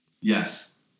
Yes